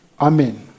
amen